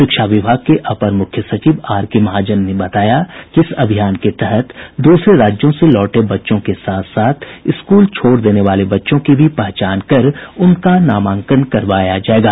शिक्षा विभाग के अपर मुख्य सचिव आर के महाजन ने बताया कि इस अभियान के तहत दूसरे राज्यों से लौटे बच्चों के साथ साथ स्कूल छोड़ देने वाले बच्चों की भी पहचान कर उनका नामांकन करवाया जायेगा